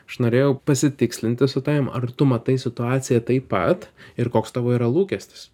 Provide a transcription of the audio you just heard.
aš norėjau pasitikslinti su tavim ar tu matai situaciją taip pat ir koks tavo yra lūkestis